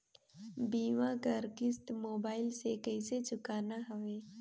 बीमा कर किस्त मोबाइल से कइसे चुकाना हवे